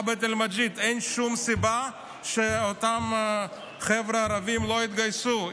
אין שום סיבה שאותם חבר'ה ערבים לא יתגייסו,